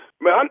Man